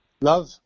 Love